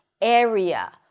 area